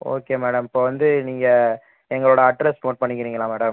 okay madam இப்போ வந்து நீங்கள் எங்களோடய அட்ரஸ் நோட் பண்ணிக்கிறீங்களா மேடம்